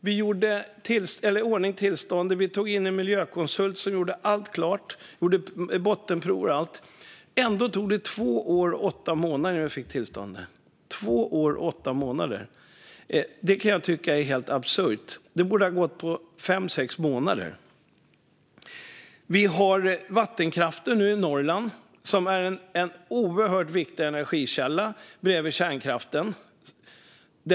Vi gjorde i ordning tillståndsansökan och tog in en miljökonsult som gjorde allt klart, tog bottenprover och allt. Ändå tog det två år och åtta månader innan vi fick tillståndet. Två år och åtta månader är helt absurt, kan jag tycka. Det borde ha gått på fem sex månader. Vattenkraften i Norrland är en oerhört viktig energikälla, bredvid kärnkraften.